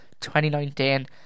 2019